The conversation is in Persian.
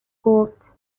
گفتبه